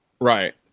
right